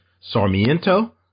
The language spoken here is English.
Sarmiento